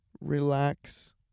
relax